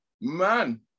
man